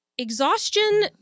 exhaustion